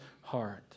heart